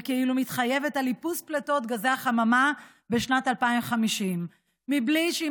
וכאילו מתחייבת על איפוס פליטות גזי החממה בשנת 2050 בלי שהיא